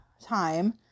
time